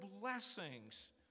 blessings